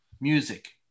music